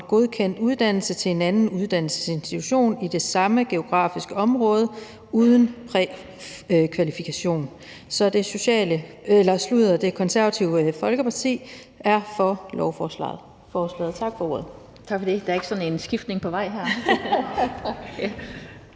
godkendt uddannelse til en anden uddannelsesinstitution i det samme geografiske område uden prækvalifikation. Det Konservative Folkeparti er for lovforslaget. Tak for ordet. Kl. 15:34 Den fg. formand (Annette